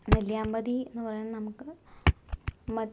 നെല്ലിയാമ്പതി എന്ന് പറയുന്നത് നമുക്ക് മറ്റു